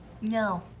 No